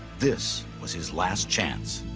this was his last chance.